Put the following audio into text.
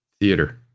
theater